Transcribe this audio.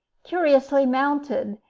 curiously mounted,